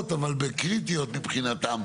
שתהיה נציגות למשרד להתיישבות בוועדות מאחר שמבחינתי,